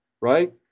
right